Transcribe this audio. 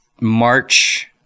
March